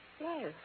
Yes